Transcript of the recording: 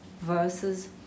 versus